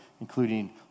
including